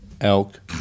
Elk